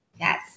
Yes